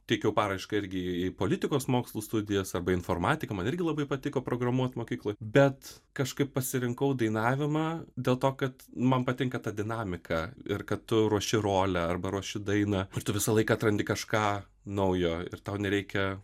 teikiau paraišką irgi į politikos mokslų studijas arba į informatiką man irgi labai patiko programuot mokykloj bet kažkaip pasirinkau dainavimą dėl to kad man patinka ta dinamika ir kad tu ruoši rolę arba ruoši dainą ir tu visą laiką atrandi kažką naujo ir tau nereikia